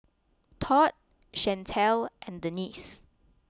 Todd Chantel and Denice